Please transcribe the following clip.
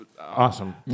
awesome